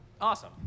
Awesome